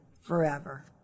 forever